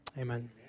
Amen